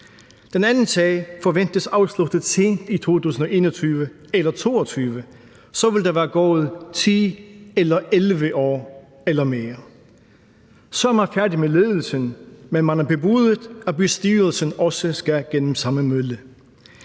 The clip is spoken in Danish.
Den anden sag forventes afsluttet sent i 2021 eller 2022. Så vil der være gået 10 eller 11 år eller mere. Så er man færdig med ledelsen, men man har bebudet, at bestyrelsen også skal gennem samme mølle.